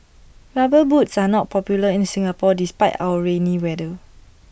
rubber boots are not popular in Singapore despite our rainy weather